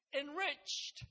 enriched